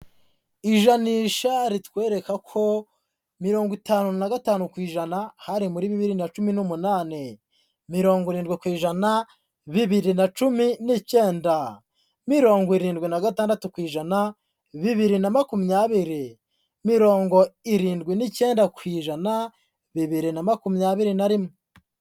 Ijanisha ritwereka ko mirongo itanu na gatanu ku ijana hari muri bibiri na cumi n'umunani, mirongo irindwi ku ijana bibiri na cumi n'icyenda, mirongo irindwi na gatandatu ku ijana bibiri na makumyabiri, mirongo irindwi n'icyenda ku ijana bibiri na makumyabiri na rimwe.